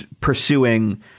pursuing